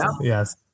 Yes